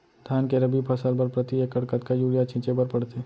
धान के रबि फसल बर प्रति एकड़ कतका यूरिया छिंचे बर पड़थे?